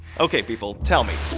okay people tell me,